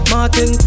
Martin